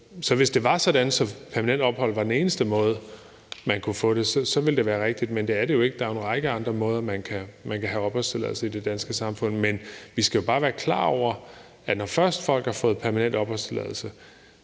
Så hvis det var sådan, at permanent ophold var den eneste måde, man kunne få opholdstilladelse på, så ville det være rigtigt, men det er det jo ikke. Der er jo en række andre måder, man kan have opholdstilladelse på i det danske samfund. Men vi skal jo også bare være klar over, at der, når folk først har fået permanent opholdstilladelse,